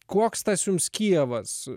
koks tas jums kijevas